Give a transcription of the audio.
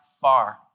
far